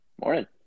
Morning